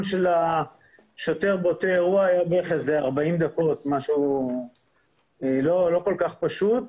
של השוטר באותו אירוע היה בערך 40 דקות משהו לא כל כך פשוט.